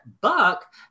Buck